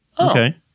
Okay